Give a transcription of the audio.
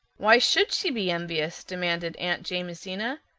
why should she be envious? demanded aunt jamesina.